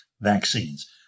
vaccines